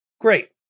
Great